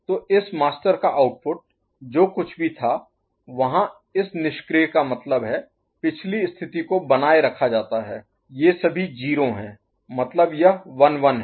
तो इस मास्टर का आउटपुट जो कुछ भी था वहां इस निष्क्रिय का मतलब है पिछली स्थिति को बनाए रखा जाता है ये सभी 0 हैं मतलब यह 1 1 हैं